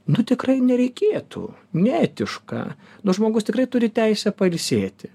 nu tikrai nereikėtų neetiška nors žmogus tikrai turi teisę pailsėti